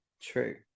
true